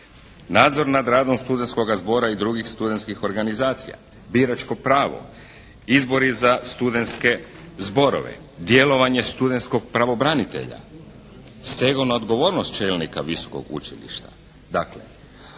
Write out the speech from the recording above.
nadzor nad radom studentskoga zbora i drugih studentskih organizacija, biračko pravo, izbori za studentske zborove, djelovanje studentskog pravobranitelja, stegovna odgovornost čelnika visokog učilišta.